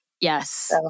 yes